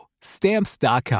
Stamps.com